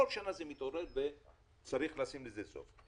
בכל שנה זה מתעורר וצריך לשים לזה סוף.